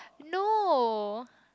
no